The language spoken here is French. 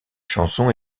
chanson